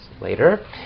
later